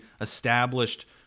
established